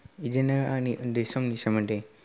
बिदिनो आंनि उन्दै समनि सोमोन्दै